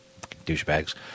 douchebags